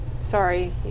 Sorry